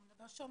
אני אציג את